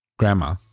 grandma